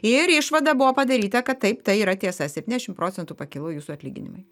ir išvada buvo padaryta kad taip tai yra tiesa septyniasdešim procentų pakilo jūsų atlyginimai